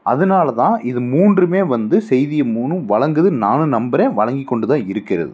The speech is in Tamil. அதுனால் தான் இத மூன்றுமே வந்து செய்தியை மூணும் வழங்குதுன்னு நானும் நம்புகிறேன் வழங்கிக்கொண்டு தான் இருக்கிறது